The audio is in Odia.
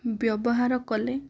ବ୍ୟବହାର କଲେ